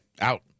out